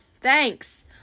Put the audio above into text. thanks